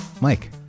Mike